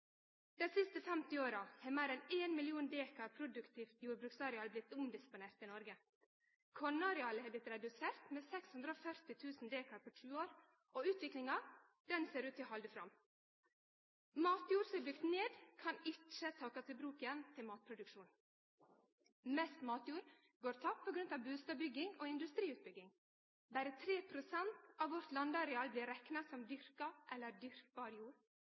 Dei siste 50 åra har meir enn 1 mill. dekar produktivt jordbruksareal blitt omdisponert i Noreg. Kornarealet har blitt redusert med 640 000 dekar på 20 år, og utviklinga ser ut til å halde fram. Matjord som er blitt bygd ned, kan ikkje takast i bruk igjen til matproduksjon. Mest matjord går tapt på grunn av bustadbygging og industriutbygging. Berre 3 pst. av vårt landareal blir rekna som dyrka eller dyrkbar